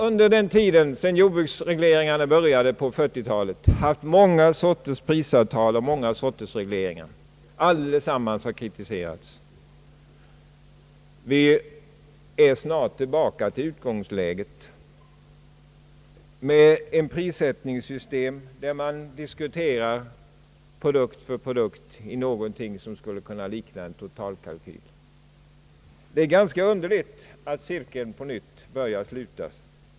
Under tiden sedan jordbruksregleringarna började på 1940 talet har det funnits många sorters prisavtal och många sorters regleringar. Alltsammans har kritiserats. Vi är snart tillbaka till utgångsläget med ett prissättningssystem, där man diskuterar produkt för produkt i någonting som skulle kunna likna en totalkalkyl. Cirkeln börjar slutas.